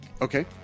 Okay